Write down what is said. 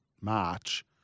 March